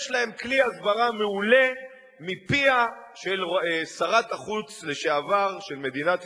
יש להם כלי הסברה מעולה מפיה של שרת החוץ לשעבר של מדינת ישראל,